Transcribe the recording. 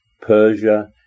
Persia